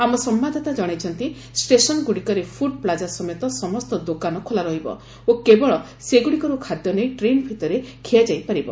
ଆମ ସମ୍ଭାଦଦାତା ଜଣାଇଛନ୍ତି ଷ୍ଟେସନ ଗୁଡ଼ିକରେ ପୁଡ୍ ପ୍ଲାକା ସମେତ ସମସ୍ତ ଦୋକାନ ଖୋଲାରହିବ ଓ କେବଳ ସେଗୁଡ଼ିକରୁ ଖାଦ୍ୟ ନେଇ ଟ୍ରେନ୍ ଭିତରେ ଖୁଆଯାଇପାରିବ